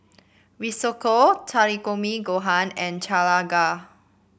Risotto Takikomi Gohan and Chana